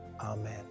amen